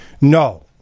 no